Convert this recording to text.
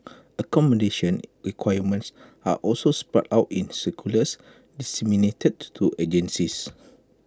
accommodation requirements are also spelt out in circulars disseminated to agencies